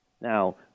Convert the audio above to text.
Now